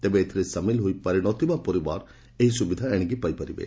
ତେବେ ଏଥିରେ ସାମିଲ ହୋଇପାରି ନ ଥିବା ପରିବାର ଏହି ସୁବିଧା ପାଇପାରିବେ